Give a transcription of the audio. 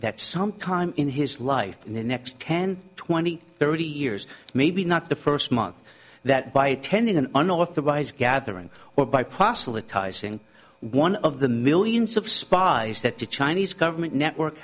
that sometime in his life in the next ten twenty thirty years maybe not the first month that by attending an unauthorized gathering or by proselytizing one of the millions of spies that the chinese government network